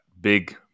big